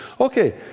Okay